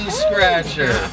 scratcher